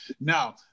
Now